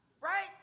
right